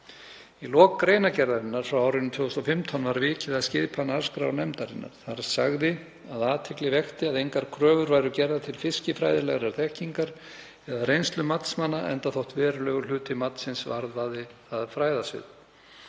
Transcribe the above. Í lok greinargerðarinnar frá árinu 2015 var vikið að skipan arðskrárnefndarinnar. Þar sagði að athygli vekti að engar kröfur væru gerðar til fiskifræðilegar þekkingar eða reynslu matsmanna enda þótt verulegur hluti matsins varðaði það fræðasvið.